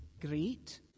great